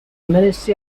ministry